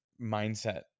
mindset